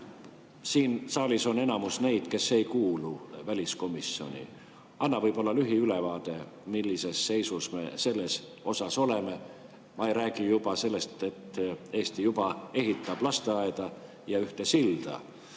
Siin saalis on aga enamik neid, kes ei kuulu väliskomisjoni. Anna võib-olla lühiülevaade, millises seisus me selles osas oleme. Ma ei räägi enam sellest, et Eesti juba ehitab üht lasteaeda ja ühte silda